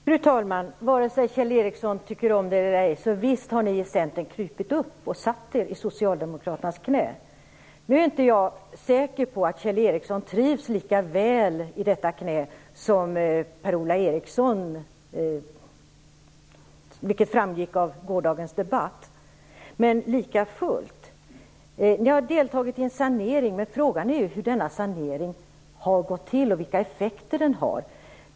Fru talman! Vare sig Kjell Ericsson tycker om det eller ej, har Centern visst krupit upp och satt sig i Socialdemokraternas knä. Nu är jag inte säker på att Kjell Ericsson trivs lika väl i detta knä som Per-Ola Eriksson, vilket framgick av gårdagens debatt. Men likafullt har ni deltagit i en sanering. Frågan är hur denna sanering har gått till och vilka effekter den har.